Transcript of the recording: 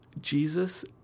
Jesus